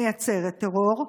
מייצרת טרור,